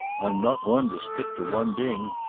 i'm not one to stick to one ding.